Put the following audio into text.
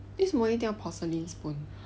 为什么一定要 porcelain spoon